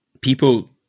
People